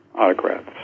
autocrats